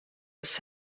des